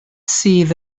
sydd